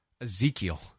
Ezekiel